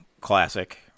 classic